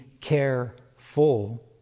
careful